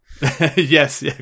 Yes